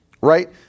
right